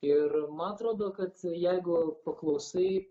ir man atrodo kad jeigu paklausai